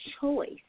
choice